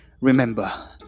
Remember